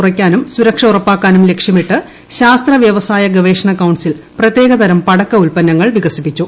കുറയ്ക്കാനും സുരക്ഷ ഉറപ്പാക്കാനും ലക്ഷ്യമിട്ട് ശാസ്ത്ര ഷൂവസായ ഗവേഷണ കൌൺസിൽ പ്രത്യേക തരം പടക്ക ഉൽപ്പന്നുങ്ങൾ വികസിപ്പിച്ചു